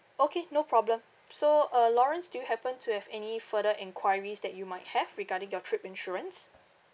okay no problem so uh lawrence do you happen to have any further enquiries that you might have regarding your trip insurance